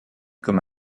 comme